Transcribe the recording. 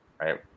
right